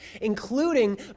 including